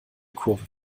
kurve